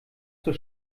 zur